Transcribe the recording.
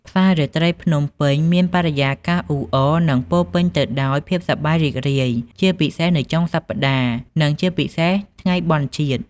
ផ្សាររាត្រីភ្នំពេញមានបរិយាកាសអ៊ូអរ និងពោរពេញទៅដោយភាពសប្បាយរីករាយ ជាពិសេសនៅចុងសប្ដាហ៍ និងជាពិសេសថ្ងៃបុណ្យជាតិ។